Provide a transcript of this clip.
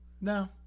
No